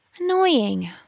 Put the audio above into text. Annoying